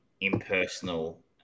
impersonal